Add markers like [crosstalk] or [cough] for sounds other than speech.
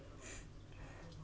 [breath]